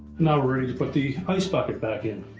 now we're ready to put the ice bucket back in.